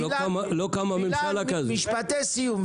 וילן, משפטי סיום.